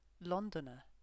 Londoner